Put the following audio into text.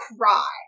cry